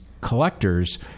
collectors